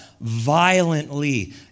violently